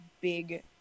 big